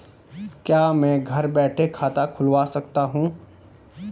क्या मैं घर बैठे खाता खुलवा सकता हूँ?